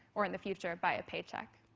or in the future, by a paycheck.